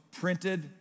printed